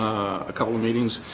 a couple of meetings